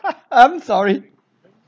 I'm sorry